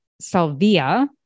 salvia